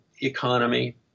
economy